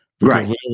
right